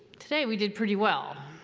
today we did pretty well,